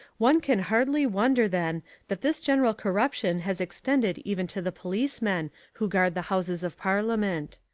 one can hardly wonder then that this general corruption has extended even to the policemen who guard the houses of parliament.